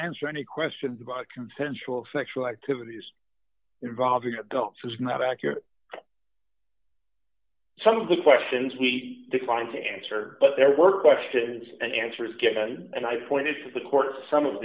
answer any questions about a consensual sexual activities involving adults was not accurate some of the questions we declined to answer but there were questions and answers given and i pointed to the court some of